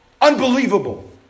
unbelievable